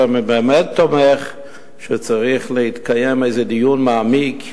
ואני באמת תומך בכך שצריך להתקיים איזה דיון מעמיק,